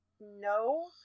no